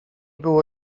było